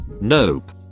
Nope